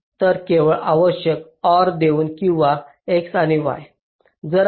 तर केवळ आवश्यक OR देऊन किंवा x आणि y